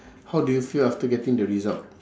how did you feel after getting the result